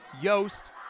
Yost